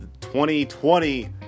2020